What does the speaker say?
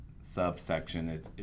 subsection